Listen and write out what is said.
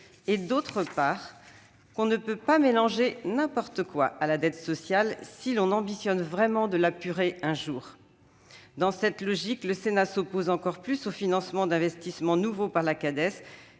et, d'autre part, que l'on ne peut pas mélanger n'importe quoi avec la dette sociale si l'on ambitionne vraiment d'apurer celle-ci un jour. Dans cette logique, le Sénat s'oppose encore plus au financement par la Cades d'investissements nouveaux et ne